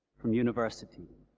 from university,